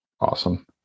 Awesome